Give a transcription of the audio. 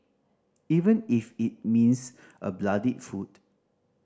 even if it means a bloodied foot